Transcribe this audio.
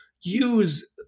use